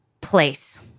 place